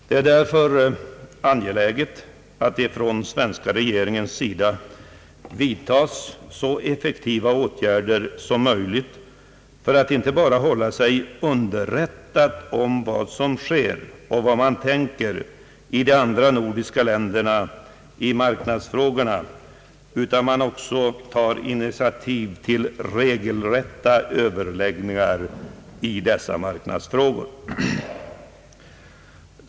Det är därför angeläget att den svens ka regeringen vidtar så effektiva åtgärder som möjligt, inte bara för att hålla sig underrättad om vad som sker och vad man tänker i de andra nordiska länderna i marknadsfrågorna, utan också för att ta initiativ till regelrätta överläggningar i dessa frågor.